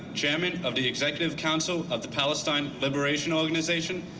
chairman of the executive council of the palestine liberation organization,